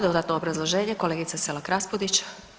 Dodatno obrazloženje kolegice Selak RAspudić.